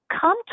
come